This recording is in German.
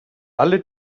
alle